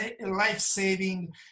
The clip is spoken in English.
life-saving